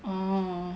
oh